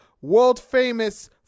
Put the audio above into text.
world-famous